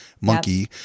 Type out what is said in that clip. monkey